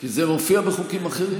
כי זה מופיע בחוקים אחרים.